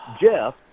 Jeff